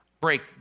break